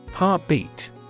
Heartbeat